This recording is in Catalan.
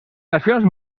nacions